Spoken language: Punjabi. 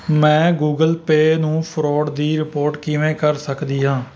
ਮੈਂ ਗੂਗਲ ਪੇਅ ਨੂੰ ਫਰੋਡ ਦੀ ਰਿਪੋਰਟ ਕਿਵੇਂ ਕਰ ਸਕਦੀ ਹਾਂ